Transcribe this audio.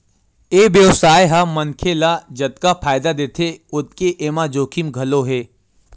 ए बेवसाय ह मनखे ल जतका फायदा देथे ओतके एमा जोखिम घलो हे